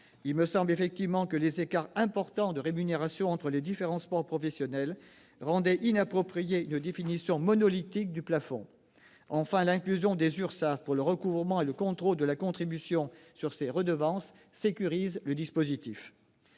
Il me semble effectivement que les écarts importants de rémunération entre les différents sports professionnels rendaient inappropriée une définition monolithique du plafond. Enfin, l'inclusion des URSSAF pour le recouvrement et le contrôle de la contribution sur ces redevances sécurise le dispositif.